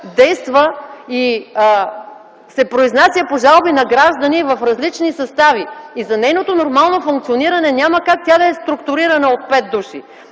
действа и се произнася по жалби на граждани в различни състави и за нейното нормално функциониране няма как тя да е структурирана от 5 души,